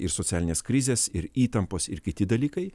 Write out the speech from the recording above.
ir socialinės krizės ir įtampos ir kiti dalykai